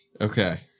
Okay